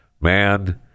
man